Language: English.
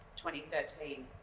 2013